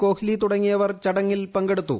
കോഹ്ലി തുടങ്ങിയവർ ചടങ്ങിൽ പങ്കെടുത്തു